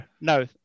no